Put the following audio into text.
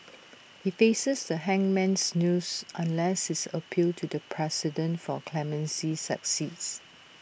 he faces the hangman's noose unless his appeal to the president for clemency succeeds